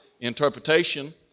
interpretation